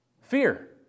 Fear